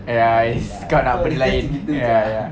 ya is kau nak benda lain ya ya